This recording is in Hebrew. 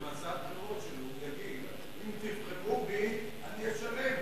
במצע הבחירות שלו הוא יגיד: אם תבחרו בי אני אשלם.